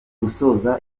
gusoza